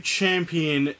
champion